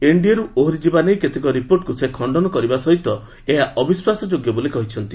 ଏନଡିଏରୁ ଓହରିଯିବା ନେଇ କେତେକ ରିପୋର୍ଟକୁ ସେ ଖଣ୍ଡନ କରିବା ସହିତ ଏହା ଅବିଶ୍ୱାସ ଯୋଗ୍ୟ ବୋଲି କହିଛନ୍ତି